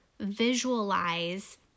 visualize